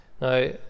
Now